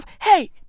hey